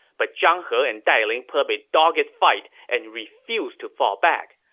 but zhang he and dai ling put up a dogged fight and refused to fall back.